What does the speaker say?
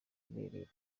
ibereye